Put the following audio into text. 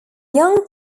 young